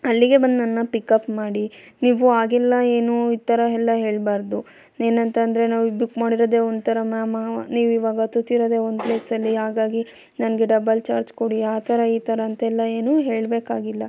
ಹಳ್ಳಿಗೆ ಬಂದು ನನ್ನ ಪಿಕಪ್ ಮಾಡಿ ನೀವು ಹಾಗೆಲ್ಲ ಏನು ಈ ಥರ ಎಲ್ಲ ಹೇಳ್ಬಾರ್ದು ಏನಂತ ಅಂದ್ರೆ ನಾವು ಬುಕ್ ಮಾಡಿರೋದೆ ಒಂಥರ ಮ್ಯಾಮ್ ನೀವು ಇವಾಗ ತೂತಿರೋದೆ ಒಂದು ಪ್ಲೇಸಲ್ಲಿ ಹಾಗಾಗಿ ನನಗೆ ಡಬಲ್ ಚಾರ್ಜ್ ಕೊಡಿ ಆ ಥರ ಈ ಥರ ಅಂತೆಲ್ಲ ಏನು ಹೇಳಬೇಕಾಗಿಲ್ಲ